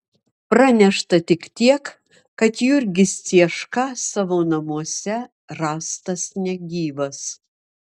pranešta tik tiek kad jurgis cieška savo namuose rastas negyvas